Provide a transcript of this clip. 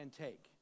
take